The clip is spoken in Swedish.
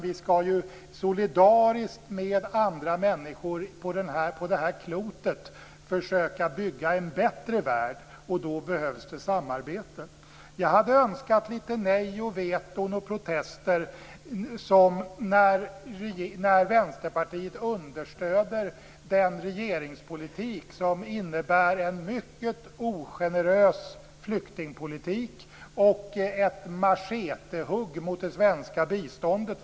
Vi skall solidariskt med andra människor på klotet försöka bygga en bättre värld. Då behövs samarbete. Jag hade önskat nej, veton och protester mot den regeringspolitik som Vänsterpartiet understöder, som innebär en ogenerös flyktingpolitik och ett machetehugg mot det svenska biståndet.